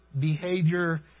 behavior